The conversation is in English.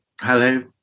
Hello